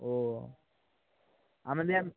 ও আমাদের